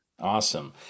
awesome